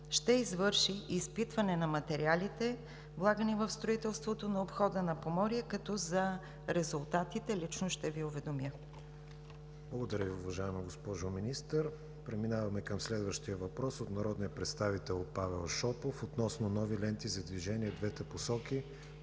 ще извърши изпитване на материалите, влагани в строителството на обхода на Поморие, като за резултатите лично ще Ви уведомя. ПРЕДСЕДАТЕЛ КРИСТИАН ВИГЕНИН: Благодаря Ви, уважаема госпожо Министър. Преминаваме към следващия въпрос от народния представител Павел Шопов относно нови ленти за движение в двете посоки